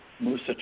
Musa